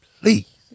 Please